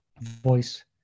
voice